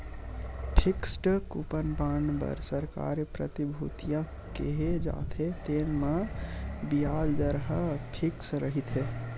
fixed coupon bond बर सरकारी प्रतिभूतिया केहे जाथे, तेन म बियाज के दर ह फिक्स रहिथे